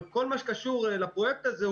אבל כל מה שקשור לפרויקט הזה,